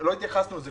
- לא התייחסנו לזה.